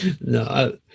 No